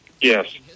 Yes